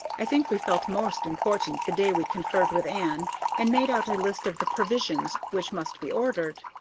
i think we felt most important the day we conferred with ann and made out a list of the provisions which must be ordered.